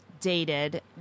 dated